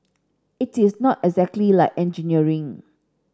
it is not exactly like engineering